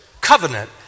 covenant